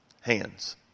hands